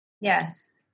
yes